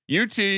UT